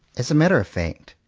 as a matter of fact,